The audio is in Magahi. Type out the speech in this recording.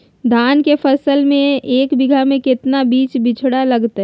धान के फसल में एक बीघा में कितना बीज के बिचड़ा लगतय?